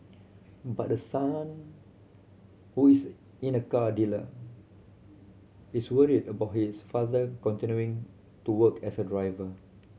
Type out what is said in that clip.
but the son who is in a car dealer is worried about his father continuing to work as a driver